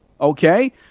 okay